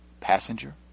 passenger